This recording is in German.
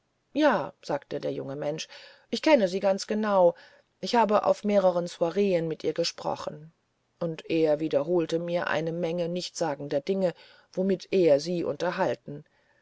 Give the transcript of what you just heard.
ja sagte der junge mensch ich kenne sie ganz genau ich habe auf mehren soireen mit ihr gesprochen und er wiederholte mir eine menge nichtssagender dinge womit er sie unterhalten